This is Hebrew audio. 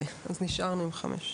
אז נשארנו עם חמש שנים.